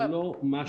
עפר,